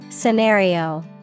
Scenario